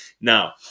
now